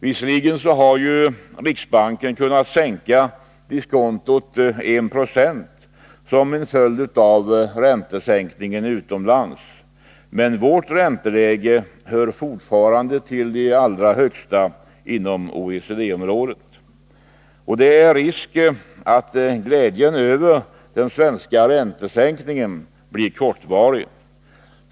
Visserligen har riksbanken kunnat sänka diskontot med 1 26 som följd av räntesänkningarna utomlands, men vårt ränteläge hör fortfarande till de allra högsta inom OECD-området. Det är risk att glädjen över den svenska räntesänkningen blir kortvarig.